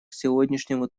сегодняшнему